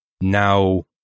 now